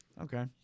Okay